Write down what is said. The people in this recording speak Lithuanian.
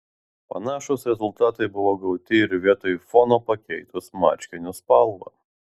panašūs rezultatai buvo gauti ir vietoj fono pakeitus marškinių spalvą